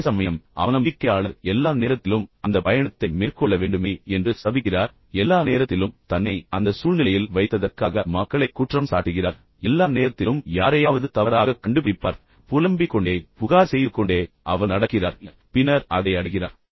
அதேசமயம் அவநம்பிக்கையாளர் எல்லா நேரத்திலும் அந்த பயணத்தை மேற்கொள்ள வேண்டுமே என்று சபிக்கிறார் எல்லா நேரத்திலும் தன்னை அந்த சூழ்நிலையில் வைத்ததற்காக மக்களைக் குற்றம் சாட்டுகிறார் எல்லா நேரத்திலும் யாரையாவது தவறாகக் கண்டுபிடிப்பார் புலம்பிக் கொண்டே புகார் செய்து கொண்டே அவர் நடக்கிறார் பின்னர் அதை அடைகிறார்